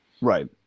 Right